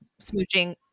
smooching